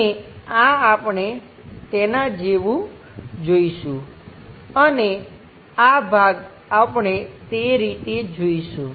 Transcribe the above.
અને આ આપણે તેનાં જેવું જોઈશું અને આ ભાગ આપણે તે રીતે જોઈશું